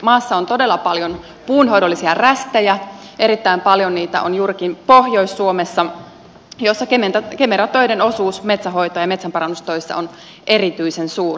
maassa on todella paljon puunhoidollisia rästejä erittäin paljon niitä on juurikin pohjois suomessa jossa kemera töiden osuus metsänhoito ja metsänparannustöissä on erityisen suuri